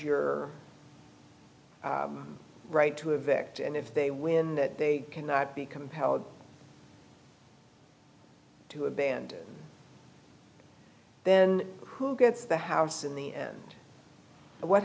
your right to evict and if they win that they cannot be compelled to abandon then who gets the house in the end what